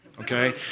okay